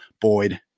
Boyd